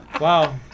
Wow